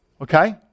Okay